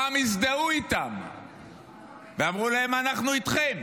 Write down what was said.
פעם הזדהו איתם ואמרו להם: אנחנו איתכם